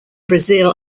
brazil